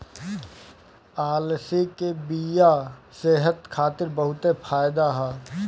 अलसी के बिया सेहत खातिर बहुते बढ़िया ह